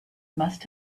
must